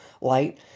light